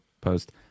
post